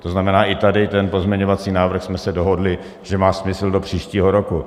To znamená, že i tady ten pozměňovací návrh, jsme se dohodli, že má smysl do příštího roku.